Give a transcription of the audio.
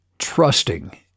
trusting